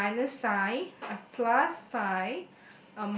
a minus sign a plus sign